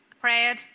prayed